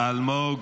אלמוג, אלמוג.